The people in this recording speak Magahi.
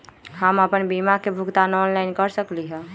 हम अपन बीमा के भुगतान ऑनलाइन कर सकली ह?